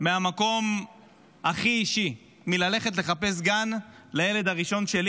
מהמקום הכי אישי, מללכת לחפש גן לילד הראשון שלי.